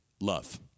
love